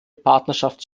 partnerschaft